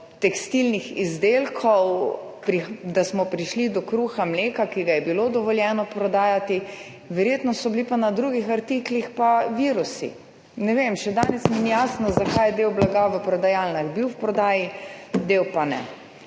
tekstilnih izdelkov, da smo prišli do kruha, mleka, ki ga je bilo dovoljeno prodajati, verjetno so bili na drugih artiklih pa virusi. Ne vem, še danes mi ni jasno, zakaj je del blaga v prodajalnah bil v prodaji, del pa ne.